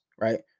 right